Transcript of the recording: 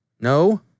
No